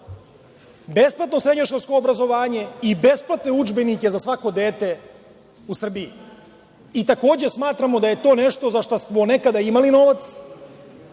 besplatno srednjoškolsko obrazovanje i besplatne udžbenike za svako dete u Srbiji. Takođe, smatramo da je to nešto za šta smo nekada imali novac,